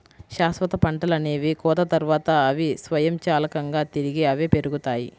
శాశ్వత పంటలనేవి కోత తర్వాత, అవి స్వయంచాలకంగా తిరిగి అవే పెరుగుతాయి